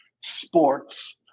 sports